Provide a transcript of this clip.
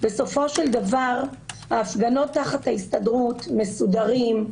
בסופו של דבר ההפגנות תחת ההסתדרות מסודרות,